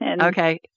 Okay